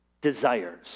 desires